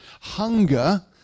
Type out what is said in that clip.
hunger